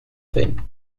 thing